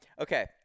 Okay